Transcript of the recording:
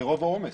זה רוב העומס.